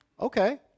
Okay